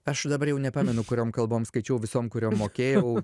aš dabar jau nepamenu kuriom kalbom skaičiau visom kuriom mokėjau